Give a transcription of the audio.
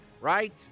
right